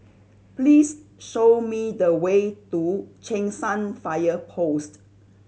please show me the way to Cheng San Fire Post